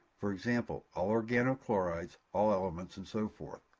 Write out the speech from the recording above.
for example all organochlorides, all elements, and so forth.